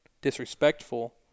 disrespectful